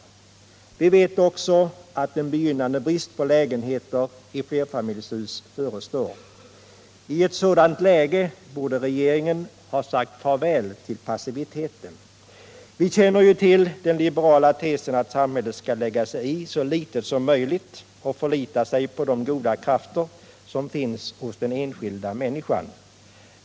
Vi vet också att en begynnande brist på lägenheter i flerfamiljshus förestår. I ett sådant läge borde regeringen ha sagt farväl till passiviteten. Vi känner till den liberala tesen att samhället skall lägga sig i så litet som möjligt och förlita sig på de goda krafter som finns hos den enskilda människan.